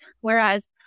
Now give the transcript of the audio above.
Whereas